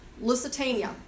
Lusitania